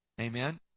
Amen